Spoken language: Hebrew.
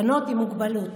בנות עם מוגבלות.